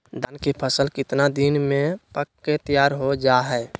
धान के फसल कितना दिन में पक के तैयार हो जा हाय?